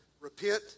Repent